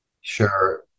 Sure